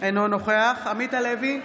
אינו נוכח עמית הלוי,